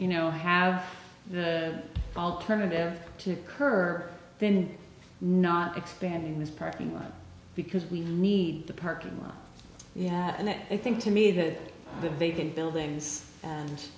you know have the alternative to occur then not expanding this parking lot because we need the parking lot yeah and that i think to me that the vacant buildings and